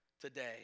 today